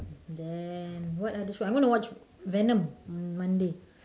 then what other show I want to watch venom on monday